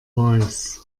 voice